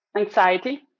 anxiety